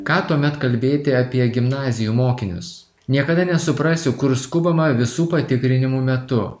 ką tuomet kalbėti apie gimnazijų mokinius niekada nesuprasiu kur skubama visų patikrinimų metu